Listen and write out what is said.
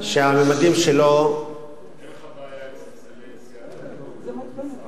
שהממדים שלו, אין לך בעיה עם סיעת הליכוד.